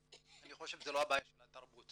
אני חושב שזאת לא בעיה של תרבות.